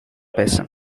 байсан